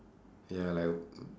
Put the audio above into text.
ya like